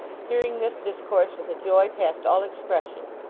hearing this discourse with a joy past all expression.